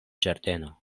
ĝardeno